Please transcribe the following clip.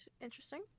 interesting